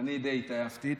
אני די התעייפתי.